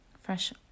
fresh